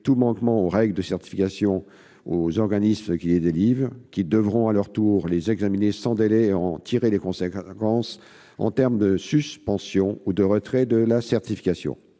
tout manquement aux règles de certification aux organismes qui les délivrent, qui devront à leur tour les examiner sans délai et en tirer les conséquences en matière de suspension ou de retrait de la certification.